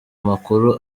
amakuru